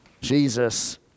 Jesus